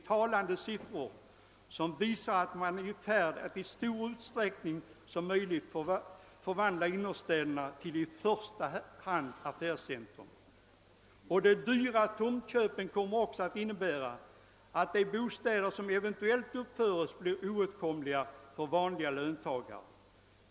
Det är siffror som visar att de inre delarna av städerna i stor utsträckning förvandlas till i första hand affärscentra. De dyra tomtköpen kommer att innebära att de bostäder som där möjligen uppförs blir oåtkomliga för vanliga löntagare.